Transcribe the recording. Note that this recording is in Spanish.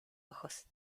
ojos